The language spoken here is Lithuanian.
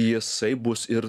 jisai bus ir